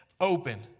open